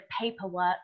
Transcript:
paperwork